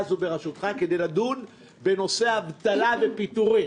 הזו בראשותך כדי לדון בנושא אבטלה ופיטורים,